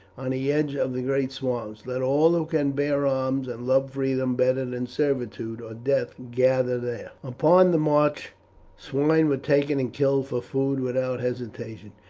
on the edge of the great swamps let all who can bear arms and love freedom better than servitude or death gather there. upon the march swine were taken and killed for food without hesitation.